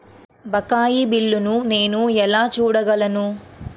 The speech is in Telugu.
బకాయి బిల్లును నేను ఎలా చూడగలను?